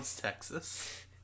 Texas